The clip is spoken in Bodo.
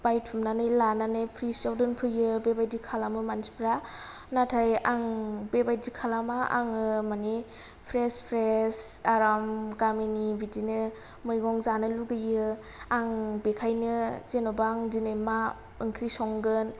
बायथुमनानै लाननै प्रिसाव दोनफैयो बे बायदि खालामो मानसिफ्रा नाथाय आं बेबायदि खालामा आङो मानि प्रेस प्रेस आराम गामिनि बिदिनो मैगं जानो लुगैयो आं बेखायनो जेन'बा आं दिनै मा ओंख्रि संगोन